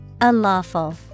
Unlawful